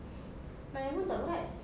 my one tak berat